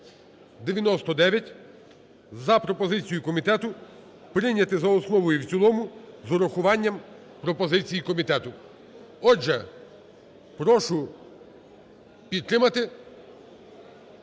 8099) за пропозицією комітету прийняти за основу і в цілому з урахуванням пропозицій комітету. Отже, прошу підтримати,